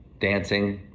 dancing,